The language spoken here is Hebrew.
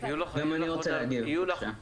גם אני רוצה להגיב בבקשה.